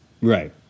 Right